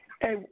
Hey